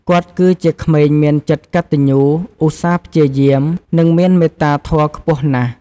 គាត់គឺជាក្មេងមានចិត្តកតញ្ញូ ឧស្សាហ៍ព្យាយាម និងមានមេត្តាធម៌ខ្ពស់ណាស់។